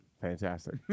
Fantastic